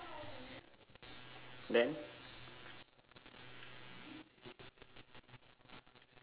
then